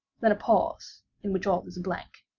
then a pause in which all is blank.